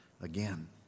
again